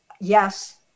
Yes